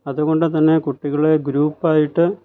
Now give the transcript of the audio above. അഅതുകൊണ്ടുതന്നെ കുട്ടികളെ ഗ്രൂപ്പായിട്ട്